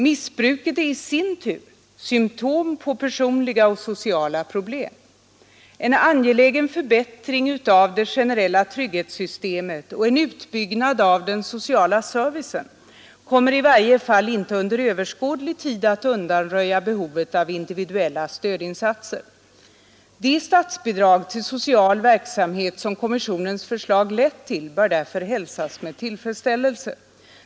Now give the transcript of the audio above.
Missbruket är E förbättring av det generella trygghetssystemet och en utbyggnad av den sociala servicen kommer i varje fall inte under överskådlig tid att i sin tur symtom på personliga och sociala problem. angelägen undanröja behovet av individuella stödinsatser. De statsbidrag till social tillfredsställelse.